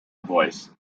voice